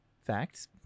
facts